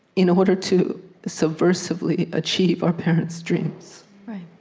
in order to subversively achieve our parents' dreams right.